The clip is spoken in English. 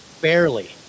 Barely